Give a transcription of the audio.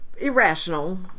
irrational